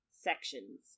sections